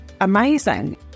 amazing